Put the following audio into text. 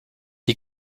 die